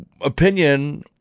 opinion